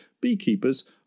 beekeepers